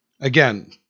Again